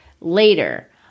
later